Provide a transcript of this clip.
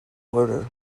order